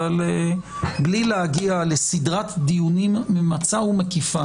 אבל בלי להגיע לסדרת דיונים ממצה ומקיפה